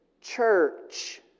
church